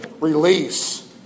release